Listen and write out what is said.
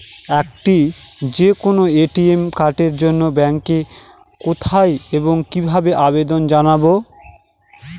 একটি যে কোনো এ.টি.এম কার্ডের জন্য ব্যাংকে কোথায় এবং কিভাবে আবেদন জানাব?